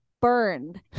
burned